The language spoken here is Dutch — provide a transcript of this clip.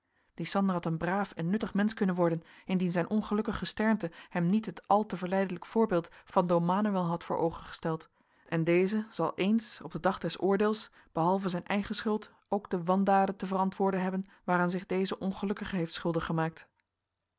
die sander had een braaf en nuttig mensch kunnen worden indien zijn ongelukkig gesternte hem niet het al te verleidelijke voorbeeld van don manoël had voor oogen gesteld en deze zal eens op den dag des oordeels behalve zijn eigen schuld ook de wandaden te verantwoorden hebben waaraan zich deze ongelukkige heeft schuldig gemaakt